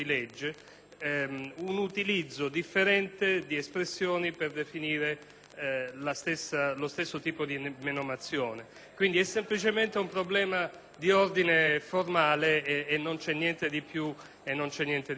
lo stesso tipo di menomazione. È quindi soltanto un problema di ordine formale: non c'è niente di più, né niente di meno.